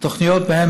תוכניות שבהן